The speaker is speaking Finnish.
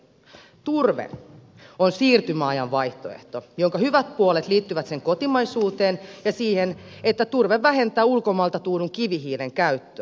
turve on siirtymäajan vaihtoehto jonka hyvät puolet liittyvät sen kotimaisuuteen ja siihen että turve vähentää ulkomailta tuodun kivihiilen käyttöä